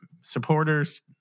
supporters